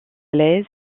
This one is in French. lèze